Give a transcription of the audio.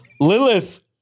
Lilith